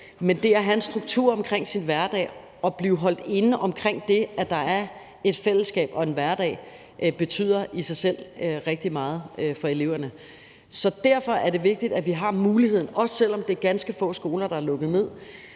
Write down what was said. Men det at have en struktur omkring sin hverdag og blive holdt inde omkring det, at der er et fællesskab og en hverdag, betyder i sig selv rigtig meget for eleverne. Derfor er det vigtigt, at vi har muligheden, også selv om det er ganske få skoler, der er lukket ned.